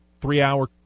three-hour